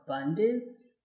abundance